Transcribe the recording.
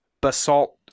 basalt